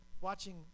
watching